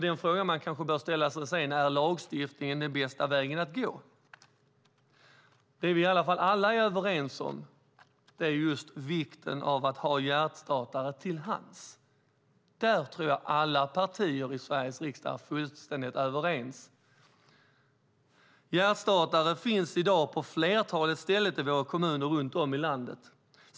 Den fråga man också bör ställa sig är om lagstiftning är den bästa vägen att gå. Alla partier i Sveriges riksdag är i alla fall fullständigt överens om vikten av att ha hjärtstartare till hands. Hjärtstartare finns i dag på flertalet ställen i våra kommuner runt om i landet.